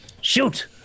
shoot